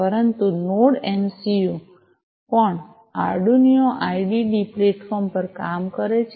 પરંતુ node node MCU પણ Arduino IDE platform પર કામ કરે છે